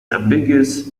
ambiguous